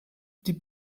die